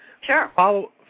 Sure